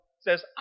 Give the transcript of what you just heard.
says